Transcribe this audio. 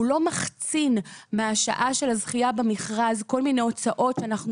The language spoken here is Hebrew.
היא לא מחצין מהשעה של הזכייה במכרז כל מיני הוצאות שאנחנו